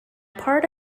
part